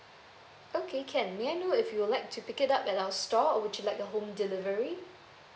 okay can may I know if you would like to pick it up at our store or would you like the home delivery